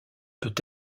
peut